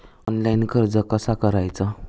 Online कर्ज कसा करायचा?